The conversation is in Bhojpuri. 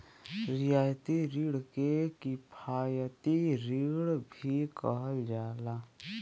रियायती रिण के किफायती रिण भी कहल जाला